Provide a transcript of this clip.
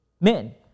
men